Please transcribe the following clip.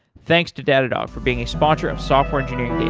thanks to datadog for being a sponsor of software engineering daily